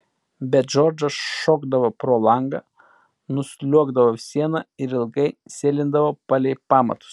bet džordžas šokdavo pro langą nusliuogdavo siena ir ilgai sėlindavo palei pamatus